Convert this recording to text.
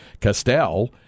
Castell